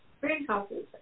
greenhouses